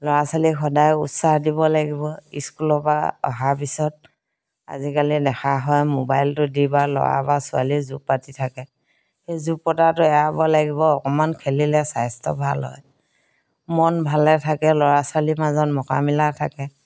ল'ৰা ছোৱালীক সদায় উছাহ দিব লাগিব ইস্কুলৰ পৰা অহাৰ পিছত আজিকালি দেখা হয় মোবাইলটো দি বা ল'ৰা বা ছোৱালী জুপ পাতি থাকে সেই জুপ পতাটো এৰাব লাগিব অকমান খেলিলে স্বাস্থ্য ভাল হয় মন ভালে থাকে ল'ৰা ছোৱালীৰ মাজত মোকামিলা থাকে